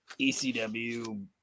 ECW